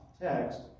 text